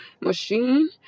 Machine